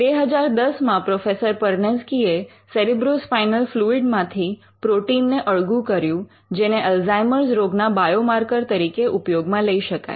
2010માં professor પરનેઝકી એ cerebrospinal fluid માંથી પ્રોટીનને અળગું કર્યું જેને અલ્ઝાઇમર Alzheimer's રોગના બાયોમાર્કર તરીકે ઉપયોગમાં લઈ શકાય